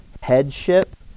headship